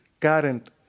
current